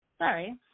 sorry